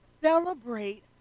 celebrate